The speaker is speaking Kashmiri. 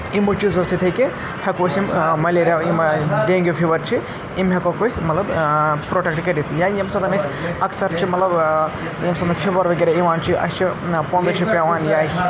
یِمَو چیٖزو سۭتۍ ہیٚکہِ ہٮ۪کو أسۍ یِم ملیریا یِم ڈینگیوٗ فیٖوَر چھِ یِم ہٮ۪کوکھ أسۍ مطلب پرٛوٹیکٹ کٔرِتھ یا ییٚمہِ ساتہٕ أسۍ اَکثَر چھِ مطلب ییٚمہِ ساتہٕ فِوَر وغیرہ یِوان چھِ اَسہِ چھِ پۄنٛدٕ چھِ پٮ۪وان یا